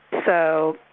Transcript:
so,